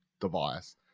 device